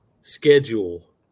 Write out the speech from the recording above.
schedule